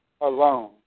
alone